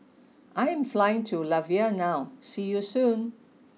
I am flying to Latvia now see you soon